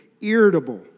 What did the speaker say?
Irritable